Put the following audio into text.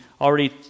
already